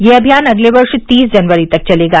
यह अभियान अगले वर्ष तीस जनवरी तक चलेगा